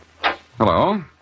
Hello